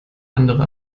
andere